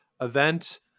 event